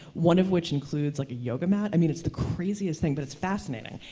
one of which includes like a yoga mat. i mean, it's the craziest thing, but it's fascinating,